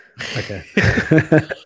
okay